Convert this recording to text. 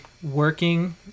working